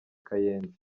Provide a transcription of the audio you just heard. kayenzi